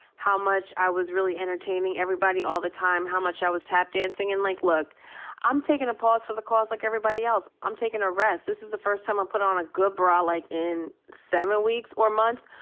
how much i was really entertaining everybody all the time. how much i was tap dancing. and, like, look i'm takin' a pause for the cause like everybody else. i'm takin' a rest. this is the first time i've put on a good bra, like, in seven weeks or months.